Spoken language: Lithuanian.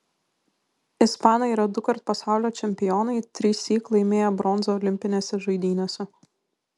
ispanai yra dukart pasaulio čempionai trissyk laimėjo bronzą olimpinėse žaidynėse